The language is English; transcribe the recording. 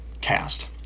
cast